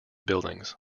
buildings